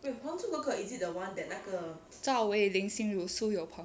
zhao wei ling xin ru su you peng